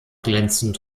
glänzend